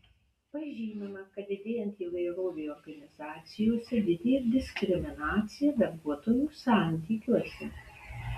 pažymima kad didėjant įvairovei organizacijose didėja ir diskriminacija darbuotojų santykiuose